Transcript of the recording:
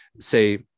say